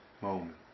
moment